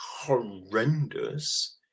horrendous